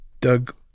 Doug